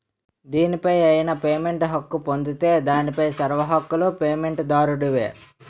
దేనిపై అయినా పేటెంట్ హక్కు పొందితే దానిపై సర్వ హక్కులూ పేటెంట్ దారుడివే